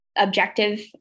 objective